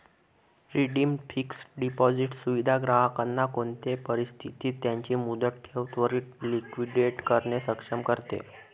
redeemed fixed deposit सुविधा ग्राहकांना कोणते परिस्थितीत त्यांची मुदत ठेव त्वरीत लिक्विडेट करणे सक्षम करते